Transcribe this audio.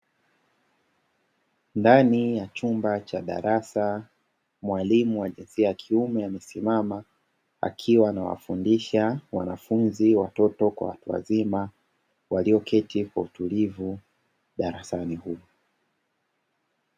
Ndani ya chumba cha darasa, mwalimu wa jinsia ya kiume amesimama akiwa anawafundisha wanafunzi watoto kwa watu wazima walioketi kwa utulivu darasani humo.